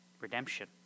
Redemption